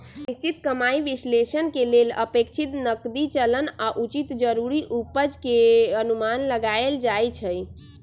निश्चित कमाइ विश्लेषण के लेल अपेक्षित नकदी चलन आऽ उचित जरूरी उपज के अनुमान लगाएल जाइ छइ